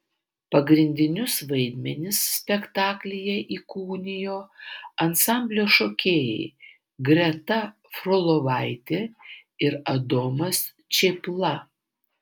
pagrindinius vaidmenis spektaklyje įkūnijo ansamblio šokėjai greta frolovaitė ir adomas čėpla